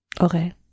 Okay